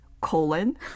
Colon